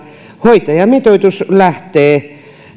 hoitajamitoitus lähtee